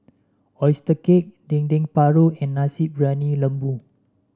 oyster cake Dendeng Paru and Nasi Briyani Lembu